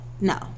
No